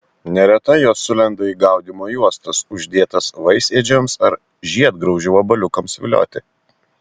neretai jos sulenda į gaudymo juostas uždėtas vaisėdžiams ar žiedgraužių vabaliukams vilioti